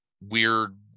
weird